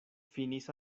finis